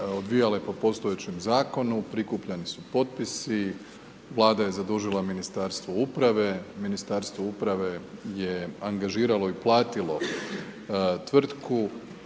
odvijale po postojećem zakonu, prikupljani su potpisi, Vlada je zadužila Ministarstvo uprave, Ministarstvo uprave je angažiralo i platilo tvrtku